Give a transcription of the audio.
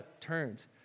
turns